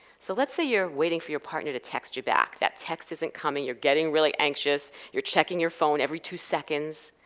so let's say your waiting for your partner to text you back. that text isn't coming you're getting really anxious you're checking your phone every two seconds.